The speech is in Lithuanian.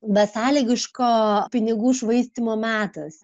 besąlygiško pinigų švaistymo metas